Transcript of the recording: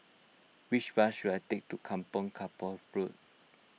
which bus should I take to Kampong Kapor Road